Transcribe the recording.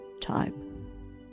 time